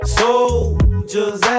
soldiers